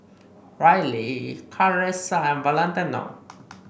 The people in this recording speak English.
Rylee Carisa and Valentino